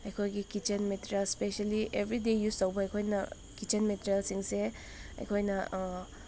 ꯑꯩꯈꯣꯏꯒꯤ kitchen material especially everyday use ꯇꯧꯕ ꯑꯩꯈꯣꯏꯅ ꯀꯤꯠꯆꯟ ꯃꯤꯇꯔꯤꯌꯦꯜꯁꯤꯡꯁꯦ ꯑꯩꯈꯣꯏꯅ